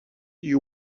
you